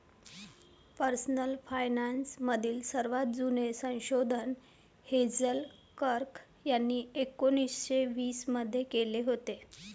personal finance मधील सर्वात जुने संशोधन हेझेल कर्क यांनी एकोन्निस्से वीस मध्ये केले होते